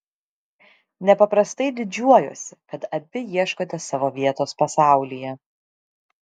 nepaprastai didžiuojuosi kad abi ieškote savo vietos pasaulyje